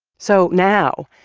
so now,